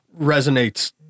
resonates